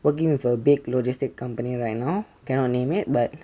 working with a big logistic company right now cannot name it but